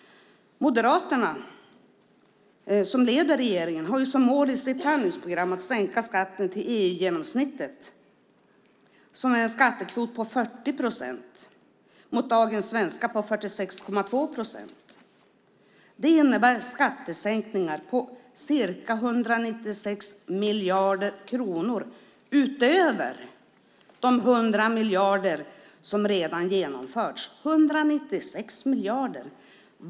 Moderaterna som leder regeringen har i sitt handlingsprogram som mål att sänka skatten till EU-genomsnittet som är en skattekvot på 40 procent mot dagens svenska på 46,2 procent. Det innebär skattesänkningar på ca 196 miljarder kronor utöver de 100 miljarder som redan genomförts. 196 miljarder!